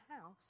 house